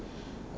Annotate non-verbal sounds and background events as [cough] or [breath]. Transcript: [breath]